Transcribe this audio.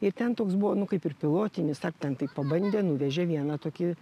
ir ten toks buvo nu kaip ir pilotinis tak ten taip pabandė nuvežė vieną tokį